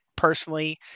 Personally